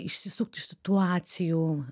išsisukt iš situacijų